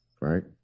right